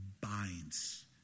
binds